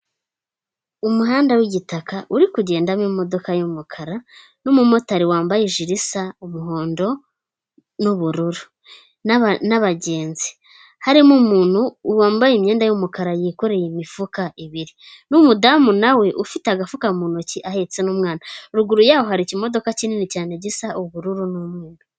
Umuhanda w’igitaka uri kugendamo imodoka y’umukara n’umumotari wambaye ijire y’umuhondo n’ubururu n’abagenzi, harimo umuntu wambaye imyenda y’umukara yikoreye imifuka ibiri, n’umudamu nawe ufite agafuka mu ntoki ahetse n'umwana, ruguru yaho hari ikimodoka kinini cyane gisa ubururu n'umweru.